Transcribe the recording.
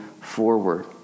forward